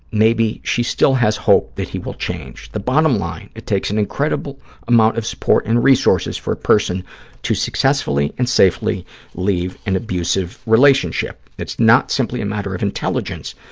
maybe she still has hope that he will change. the bottom line, it takes an incredible amount of support and resources for a person to successfully and safely leave an abusive relationship. it's not simply a matter of intelligence,